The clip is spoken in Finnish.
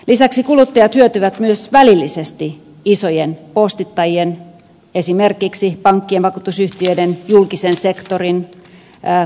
lisäksi kuluttajat hyötyvät myös välillisesti isojen postittajien esimerkiksi pankkien vakuutusyhtiöiden julkisen sektorin kustannussäästöistä